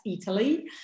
Italy